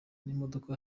n’imodoka